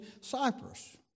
Cyprus